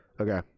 Okay